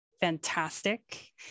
fantastic